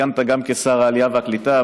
וכיהנת גם כשר העלייה והקליטה,